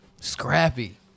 Scrappy